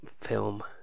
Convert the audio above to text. film